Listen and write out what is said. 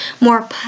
more